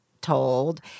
told